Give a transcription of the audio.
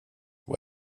vad